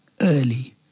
early